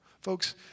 Folks